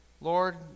Lord